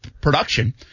production